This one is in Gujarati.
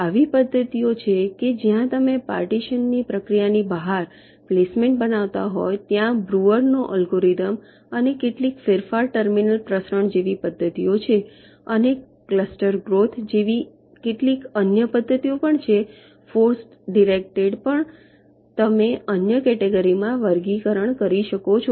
એવી પદ્ધતિઓ છે કે જ્યાં તમે પાર્ટીશન ની પ્રક્રિયાની બહાર પ્લેસમેન્ટ બનાવતા હોવ ત્યાં બ્રૂઅરનો અલ્ગોરિધમ Breuer's algorithm અને કેટલીક ફેરફાર ટર્મિનલ પ્રસરણ જેવી પદ્ધતિઓ છે અને ક્લસ્ટર ગ્રોથ જેવી કેટલીક અન્ય પદ્ધતિઓ પણ છે ફોર્સ ડિરેકટેડ પણ તમે અન્ય કેટેગરીમાં વર્ગીકરણ કરી શકો છો